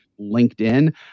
LinkedIn